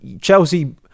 Chelsea